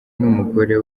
n’umugore